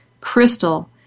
crystal